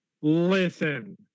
listen